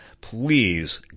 please